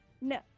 no